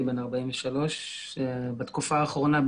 אני בן 43. בתקופה האחרונה,